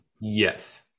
Yes